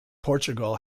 portugal